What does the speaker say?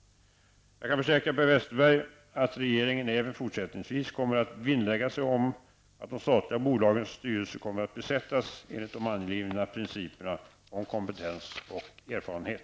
Jag kan försäkra Per Westerberg att regeringen även fortsättningsvis kommer att vinnlägga sig om att de statliga bolagens styrelser kommer att besättas enligt de angivna principerna om kompetens och erfarenhet.